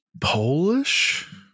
Polish